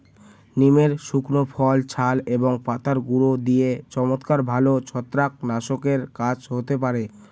নিমের শুকনো ফল, ছাল এবং পাতার গুঁড়ো দিয়ে চমৎকার ভালো ছত্রাকনাশকের কাজ হতে পারে